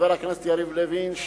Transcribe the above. חבר הכנסת יריב לוין,